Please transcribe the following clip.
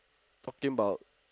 talking about